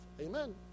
Amen